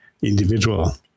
individual